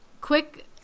Quick